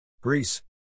Greece